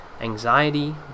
anxiety